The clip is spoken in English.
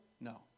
No